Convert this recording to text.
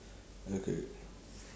okay okay